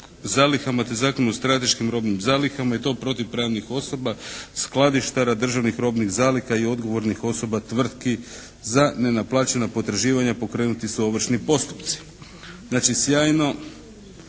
se ne razumije./… robnim zalihama i to protiv pravnih osoba, skladištara državnih robnih zaliha i odgovornih osobi tvrtki za nenaplaćena potraživanja pokrenuti su ovršni postupci. Znači sjajno.